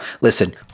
Listen